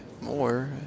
more